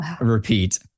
repeat